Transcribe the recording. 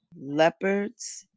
leopards